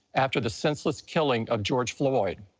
after the senseless killing of george floyd.